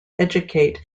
educate